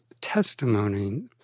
testimony